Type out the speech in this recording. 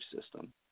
system